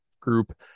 group